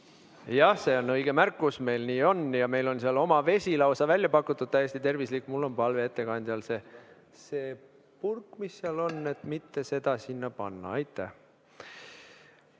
Jah, see on õige märkus, meil nii on ja meil on seal oma vesi lausa välja pakutud, täiesti tervislik. Mul on palve ettekandjale, et seda purki, mis seal on, sinna mitte panna. Aitäh!